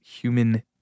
human